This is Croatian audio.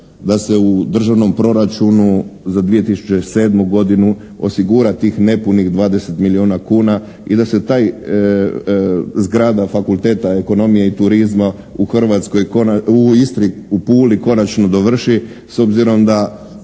da se u Državnom proračunu za 2007. godinu osigura tih nepunih 20 milijuna kuna i da se taj, zgrada fakulteta ekonomije i turizma u Hrvatskoj, u Istri, u Puli konačno dovrši s obzirom da